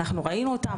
ראינו אותן,